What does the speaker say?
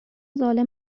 ظالم